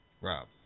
Rob